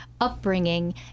upbringing